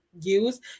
use